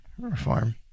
reform